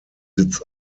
sitz